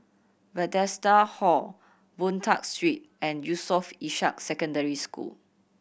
Bethesda Hall Boon Tat Street and Yusof Ishak Secondary School